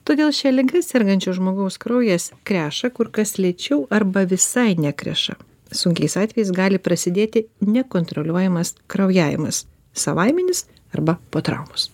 todėl šia liga sergančio žmogaus kraujas kreša kur kas lėčiau arba visai nekreša sunkiais atvejais gali prasidėti nekontroliuojamas kraujavimas savaiminis arba po traumos